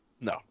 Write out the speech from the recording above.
No